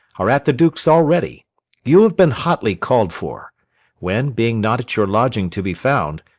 are at the duke's already you have been hotly call'd for when, being not at your lodging to be found,